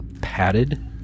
padded